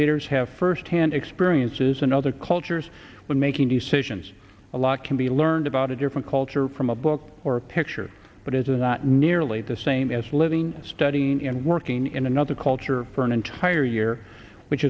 leaders have first hand experiences and other cultures when making decisions a lot can be learned about a different culture from a book or a picture but isn't that nearly the same as living studying and working in another culture for an entire year which